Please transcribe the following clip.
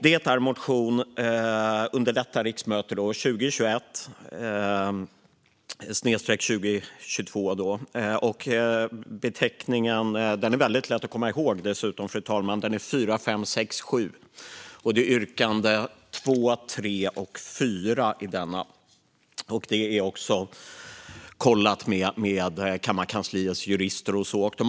Det är motion 2021/22:4567, yrkande 2, 3 och 4. Detta är kollat med kammarkansliets jurister.